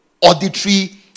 auditory